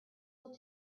will